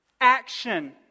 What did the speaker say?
Action